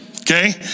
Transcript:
Okay